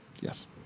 Yes